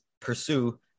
pursue